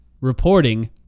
reporting